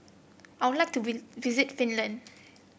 I would like to visit Finland